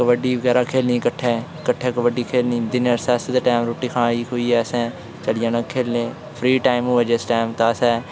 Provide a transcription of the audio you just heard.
कबड्डी बगैरा खेढनी किट्ठे किट्ठे कबड्डी खेढनी जि'यां रिसेस दे टाईम रूट्टी खाई खुइयै असें चली जाना खेढने ई फ्री टाईम होऐ जिस टाईम तां असें